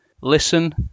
Listen